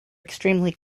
extremely